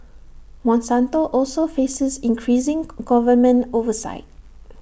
monsanto also faces increasing government oversight